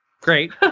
Great